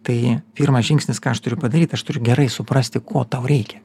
tai pirmas žingsnis ką aš turiu padaryt aš turiu gerai suprasti ko tau reikia